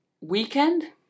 Weekend